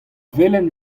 velen